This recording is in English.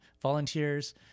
volunteers